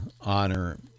honor